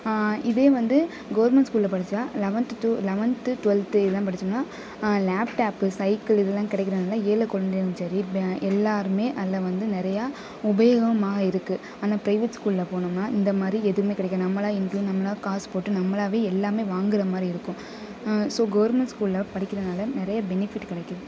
இதே வந்து கவுர்மெண்ட் ஸ்கூலில் படித்தா லெவன்த்து டூ லெவன்த்து டுவெல்த்து இதெலாம் படித்தோம்னா லேப்டாப்பு சைக்கிள் இதெல்லாம் கிடைக்கிறனால ஏழை கொழந்தைங்களும் சரி பே எல்லோருமே அதில் வந்து நிறையா உபயோகமாக இருக்குது ஆனால் ப்ரைவேட் ஸ்கூலில் போனோம்னால் இந்த மாதிரி எதுவும் கிடைக்காது நம்மளா இது நம்மளாக காசு போட்டு நம்மளாகவே எல்லாமே வாங்குற மாதிரி இருக்கும் ஸோ கவுர்மெண்ட் ஸ்கூலில் படிக்கிறனால நிறைய பெனிஃபிட் கிடைக்குது